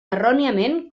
erròniament